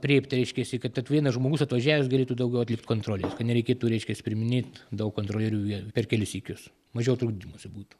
aprėpt reiškiasi kad tad vienas žmogus atvažiavęs galėtų daugiau atlikt kontrolės kad nereikėtų reiškias priiminėt daug kontrolierių jie per kelis sykius mažiau trukdymųsi būtų